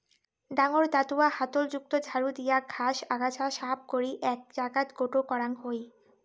ডাঙর দাতুয়া হাতল যুক্ত ঝাড়ু দিয়া ঘাস, আগাছা সাফ করি এ্যাক জাগাত গোটো করাং হই